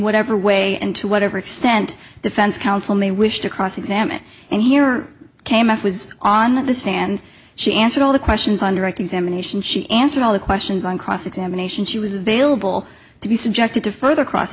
whatever way and to whatever extent defense counsel may wish to cross examine and here came up was on the stand she answered all the questions on direct examination she answered all the questions on cross examination she was available to be subjected to further cross